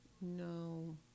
no